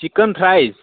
chicken fries